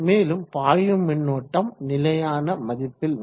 மேலும் பாயும் மின்னோட்டம் நிலையான மதிப்பில் வரும்